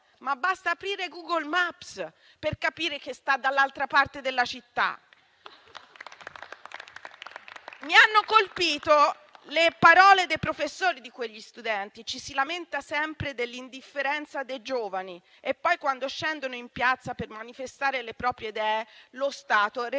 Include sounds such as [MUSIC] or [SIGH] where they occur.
ma basta aprire Google Maps per capire che sta dall'altra parte della città. [APPLAUSE] Mi hanno colpito le parole dei professori di quegli studenti: ci si lamenta sempre dell'indifferenza dei giovani e poi quando scendono in piazza per manifestare le proprie idee, lo Stato reagisce